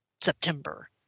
September